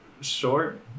Short